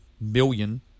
million